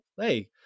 hey